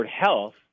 health